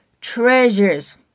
treasures